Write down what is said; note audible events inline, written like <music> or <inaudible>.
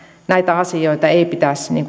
näitä asioita ei pitäisi niin <unintelligible>